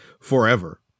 forever